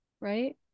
right